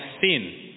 sin